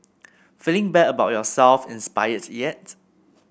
feeling bad about yourself inspired yet